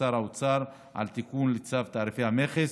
שר האוצר על תיקון לצו תעריפי המכס,